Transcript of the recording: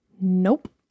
Nope